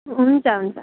हुन्छ हुन्छ